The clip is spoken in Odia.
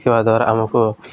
ଶିଖିବା ଦ୍ୱାରା ଆମକୁ